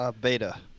Beta